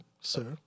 sir